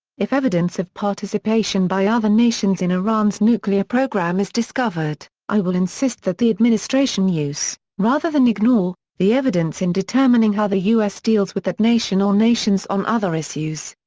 if evidence of participation by other nations in iran's nuclear program is discovered, i will insist that the administration use, rather than ignore, the evidence in determining how the u s. deals with that nation or nations on other issues.